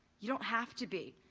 you don't have to be.